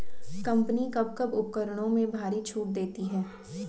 Company कब कब उपकरणों में भारी छूट देती हैं?